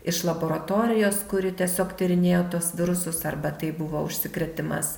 iš laboratorijos kuri tiesiog tyrinėjo tuos virusus arba tai buvo užsikrėtimas